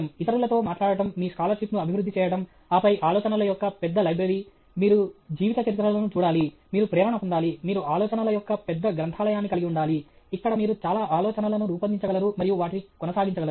ఇతరులతో మాట్లాడటం మీ స్కాలర్షిప్ను అభివృద్ధి చేయడం ఆపై ఆలోచనల యొక్క పెద్ద లైబ్రరీ మీరు జీవిత చరిత్రలను చూడాలి మీరు ప్రేరణ పొందాలి మీరు ఆలోచనల యొక్క పెద్ద గ్రంధాలయాన్ని కలిగి ఉండాలి ఇక్కడ మీరు చాలా ఆలోచనలను రూపొందించగలరు మరియు వాటిని కొనసాగించగలరు